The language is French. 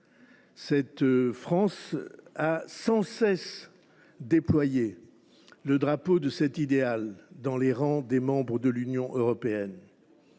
La France a sans cesse déployé le drapeau de cet idéal dans les rangs de l’Union européenne.